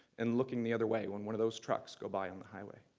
and looking the other way when one of those trucks go by on the highway.